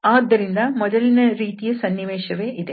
ಆದ್ದರಿಂದ ಮೊದಲಿನ ರೀತಿಯ ಸನ್ನಿವೇಶವೇ ಇದೆ